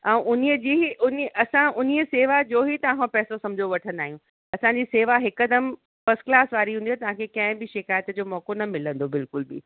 ऐं उन्हीअ जी ही उन्हीअ असां उन्हीअ सेवा जो ही तव्हां खां पैसो समुझो वठंदा आहियूं असांजी सेवा हिकदमि फ़स्ट क्लास वारी हूंदी आहे तव्हांखे कंहिं बि शिकायत जो मौक़ो न मिलंदो बिल्कुलु बि